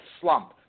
slump